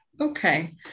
okay